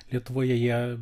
lietuvoje jie